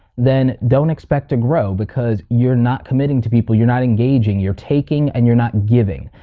then don't expect to grow because you're not committing to people, you're not engaging, you're taking and you're not giving.